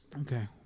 Okay